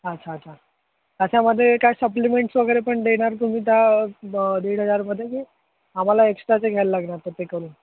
अच्छा अच्छा त्याच्यामध्ये काय सप्लिमेंट्स वगैरे पण देणार तुम्ही त्या दीड हजारमध्ये की आम्हाला एक्स्ट्राचे घ्यायला लागणार ते पे करून